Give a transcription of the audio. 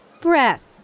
breath